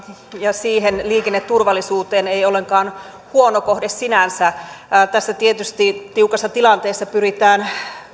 ja siihen liikenneturvallisuuteen ei ollenkaan huono kohde sinänsä tässä tietysti tiukassa tilanteessa pyritään